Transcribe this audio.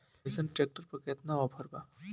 अइसन ट्रैक्टर पर केतना ऑफर बा?